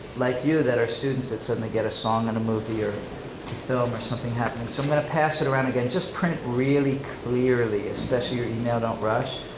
like you, that are students that suddenly get a song in a movie or film or something happening, so i'm gonna pass it around again. just print really clearly, especially your email, don't rush.